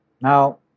Now